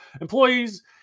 Employees